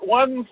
one